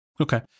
Okay